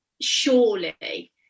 surely